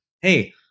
hey